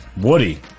Woody